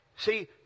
See